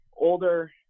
older